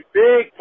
big